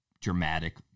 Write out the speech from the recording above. dramatic